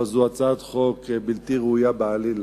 אבל זאת הצעת חוק בלתי ראויה בעליל.